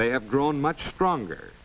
they have grown much stronger